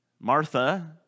Martha